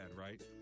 right